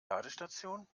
ladestation